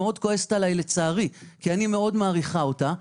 שמאוד כועסת עלי לצערי כי אני מאוד מעריכה אותה,